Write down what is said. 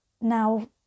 now